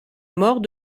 mort